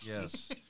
yes